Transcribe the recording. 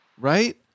right